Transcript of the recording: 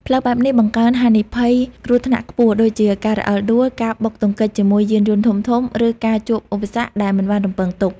ផ្លូវបែបនេះបង្កើន ហានិភ័យគ្រោះថ្នាក់ខ្ពស់ ដូចជាការរអិលដួល ការបុកទង្គិចជាមួយយានយន្តធំៗ ឬការជួបឧបសគ្គដែលមិនបានរំពឹងទុក។